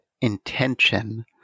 intention